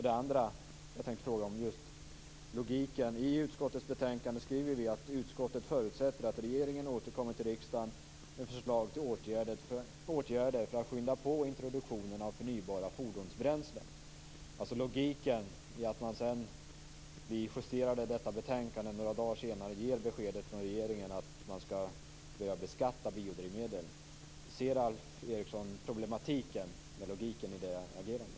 Det andra som jag tänkte fråga om gäller just logiken. I utskottets betänkande säger vi: "Utskottet förutsätter att regeringen återkommer till riksdagen med förslag till åtgärder för att skynda på introduktionen av förnybara fordonsbränslen." Det gäller alltså logiken i att man några dagar efter det att vi justerat detta betänkande ger beskedet från regeringen att man skall börja beskatta biodrivmedel. Ser Alf Eriksson det problematiska med logiken i det agerandet?